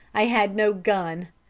i had no gun.